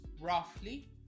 roughly